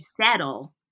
settle